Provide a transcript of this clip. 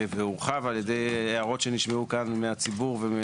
והורחב על ידי הערות שנשמעו כאן מהציבור.